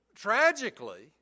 Tragically